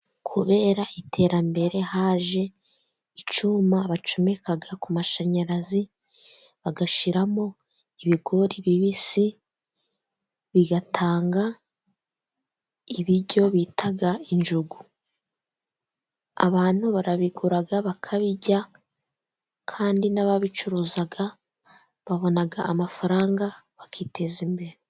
Kubera iterambere, haje icyuma bacomeka ku mashanyarazi bagashyiramo ibigori bibisi, bigatanga ibiryo bita injugu. Abantu barabigura, bakabirya, kandi n'ababicuruza babona amafaranga, bakiteza imbere.